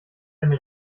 eine